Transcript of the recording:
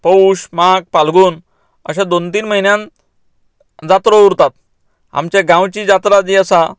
पौष माघ फाल्गून अश्या दोन तीन म्हयन्यांत जात्रा उरतात आमचे गांवची जात्रा जी आसा